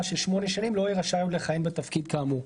של שמונה שנים לא יהיה רשאי לכהן עוד בתפקיד כאמור.